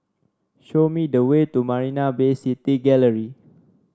show me the way to Marina Bay City Gallery